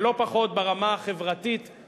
ולא פחות ברמה החברתית-כלכלית.